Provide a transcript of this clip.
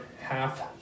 half